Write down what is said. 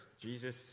Jesus